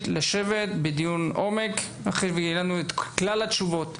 לשבת בדיון עומק אחרי שיהיה לנו את כלל התשובות.